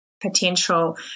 potential